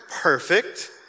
perfect